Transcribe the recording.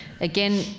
again